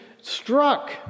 struck